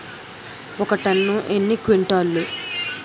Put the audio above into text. ఒక టన్ను ఎన్ని క్వింటాల్లు?